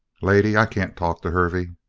lady, i can't talk to hervey.